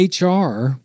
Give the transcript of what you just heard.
HR